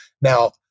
Now